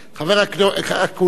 חבר הכנסת אקוניס,